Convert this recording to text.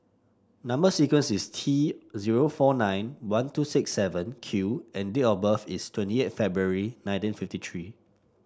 number sequence is T zero four nine one two six seven Q and date of birth is twenty eight February nineteen fifty three